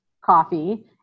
coffee